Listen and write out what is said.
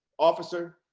officer,